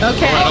Okay